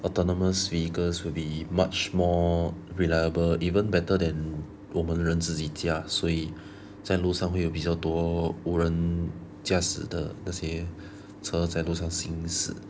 autonomous vehicles will be much more reliable even better than 我们人自己驾所以在路上会有比较多无人驾驶的这些车在路上行驶